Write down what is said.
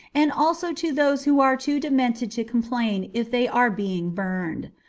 and also to those who are too demented to complain if they are being burned.